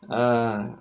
err